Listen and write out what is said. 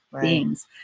beings